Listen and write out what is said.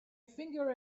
finger